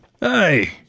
Hey